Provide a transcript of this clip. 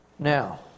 Now